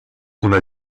una